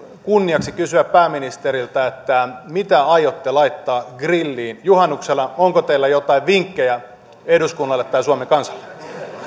kunniaksi kysyä pääministeriltä mitä aiotte laittaa grilliin juhannuksena onko teillä jotain vinkkejä eduskunnalle tai suomen kansalle